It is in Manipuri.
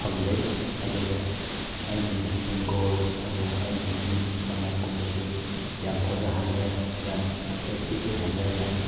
ꯐꯪꯖꯩ ꯑꯗꯨꯒ ꯑꯩꯒꯤ ꯍꯤꯡꯒꯣꯜ ꯑꯗꯨ ꯑꯩꯒꯤ ꯌꯨꯝ ꯃꯅꯥꯛꯀꯨꯝꯕꯁꯨ ꯌꯥꯝ ꯐꯖꯍꯜꯂꯦ ꯌꯥꯝ ꯑꯦꯇ꯭ꯔꯦꯛꯇꯤꯞ ꯑꯣꯏꯍꯜꯂꯦ ꯌꯥꯝ